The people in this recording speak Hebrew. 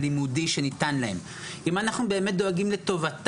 שי חינוך שמגיעים ואד-הוק הם באים ונותנים את המענה לאותם תלמידים.